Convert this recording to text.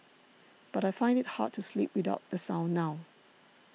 but I find it hard to sleep without the sound now